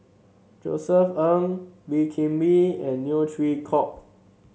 Josef Ng Wee Kim Wee and Neo Chwee Kok